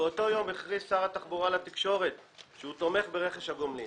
ובאותו יום הכריז שר התחבורה לתקשורת שהוא תומך ברכש הגומלין.